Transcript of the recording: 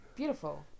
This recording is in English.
Beautiful